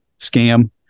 scam